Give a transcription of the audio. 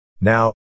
Now